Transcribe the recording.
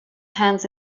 hands